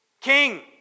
King